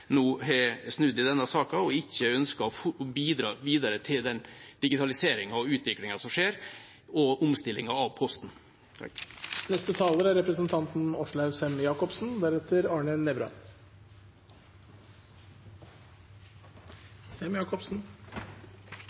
nå har snudd i denne saken, og ikke ønsker å bidra videre til den digitaliseringen og utviklingen som skjer, og omstillingen av Posten. Vi i Norge er